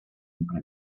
empra